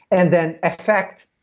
and then affect.